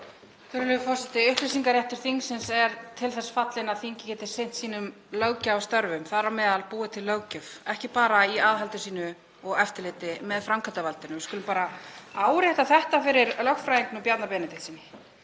Virðulegur forseti. Upplýsingaréttur þingsins er til þess fallinn að þingið geti sinnt sínum löggjafarstörfum, þar á meðal búið til löggjöf, ekki bara í aðhaldi sínu og eftirliti með framkvæmdarvaldinu. Við skulum bara árétta þetta fyrir lögfræðingnum Bjarna Benediktssyni.